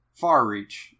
Farreach